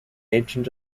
ancient